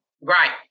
Right